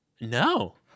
no